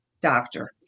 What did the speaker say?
doctor